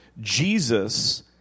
Jesus